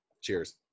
Cheers